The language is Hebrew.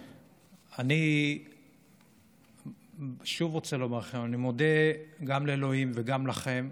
אני שוב רוצה לומר לכם: אני מודה גם לאלוהים וגם לכם,